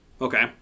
Okay